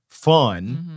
Fun